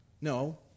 No